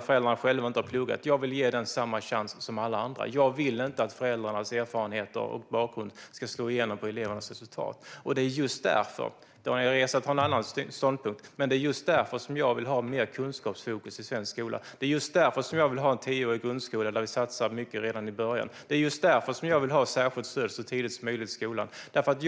föräldrarna inte har pluggat, vill jag ge samma chans som alla andra. Jag vill inte att föräldrarnas erfarenheter och bakgrund ska slå igenom på elevernas resultat. Daniel Riazat har en annan ståndpunkt. Men det är just därför jag vill ha mer kunskapsfokus i svensk skola. Det är just därför jag vill ha en tioårig grundskola, där vi satsar mycket redan i början. Det är just därför jag vill ha särskilt stöd i skolan så tidigt som möjligt.